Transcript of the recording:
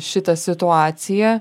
šitą situaciją